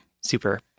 super